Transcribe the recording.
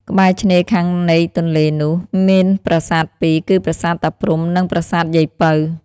កែ្បរឆេ្នរខាងនៃទនេ្លនោះ មានប្រាសាទពីរ គឺប្រាសាទតាព្រហ្មនិង ប្រាសាទយាយពៅ។